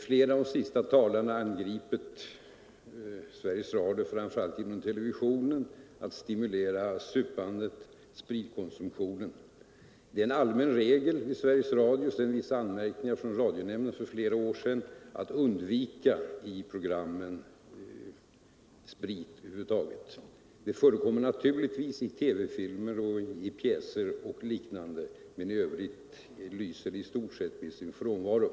Flera av de senaste talarna har angripit Sveriges Radio, och framför allt TV, för att stimulera supandet, Nr 125 spritkonsumtionen. Det är en allmän regel i Sveriges Radio, efter vissa Onsdagen den anmärkningar från radionämnden för flera år sedan, att i programmen 20 november 1974 undvika sprit över huvud taget. Det förekommer naturligtvis sprit i TV filmer, pjäser och liknande program. I övrigt lyser spriten i stort sett - Rundradiooch med sin frånvaro.